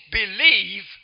believe